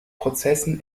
prozessen